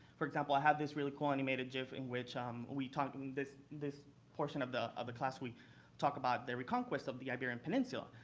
for example, i have this really cool animated gif in which um we talk um in this portion of the of the class we talk about the reconquest of the iberian peninsula.